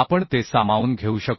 आपण ते सामावून घेऊ शकू